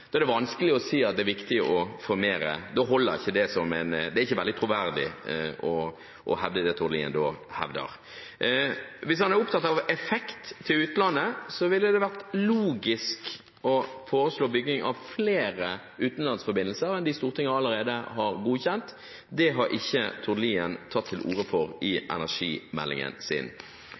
Da er det vanskelig å si at det er viktig å få mer. Det er ikke veldig troverdig å hevde det Tord Lien da hevder. Hvis han er opptatt av effekt til utlandet, ville det vært logisk å foreslå bygging av flere utenlandsforbindelser enn dem Stortinget allerede har godkjent. Det har ikke Tord Lien tatt til orde for i energimeldingen sin.